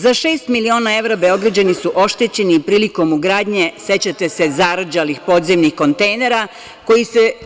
Za šest miliona evra Beograđani su oštećeni prilikom ugradnje, sećate se, zarđalih podzemnih kontejnera